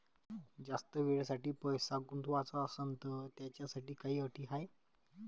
जास्त वेळेसाठी पैसा गुंतवाचा असनं त त्याच्यासाठी काही अटी हाय?